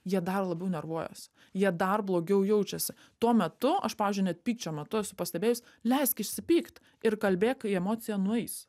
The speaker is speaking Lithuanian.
jie dar labiau nervuojasi jie dar blogiau jaučiasi tuo metu aš pavyzdžiui net pykčio metu pastebėjus leisk išsipykt ir kalbėk kai emocija nueis